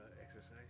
Exercise